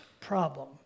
problem